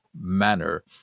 manner